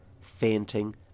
fainting